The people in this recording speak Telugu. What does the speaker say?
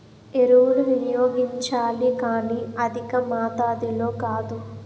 ఎరువులు వినియోగించాలి కానీ అధికమాతాధిలో కాదు